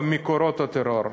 אלא במקורות הטרור.